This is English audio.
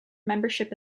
membership